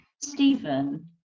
Stephen